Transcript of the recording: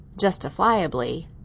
justifiably